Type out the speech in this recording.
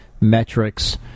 metrics